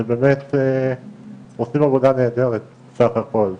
שבאמת עושים עבודה נהדרת בסך הכל.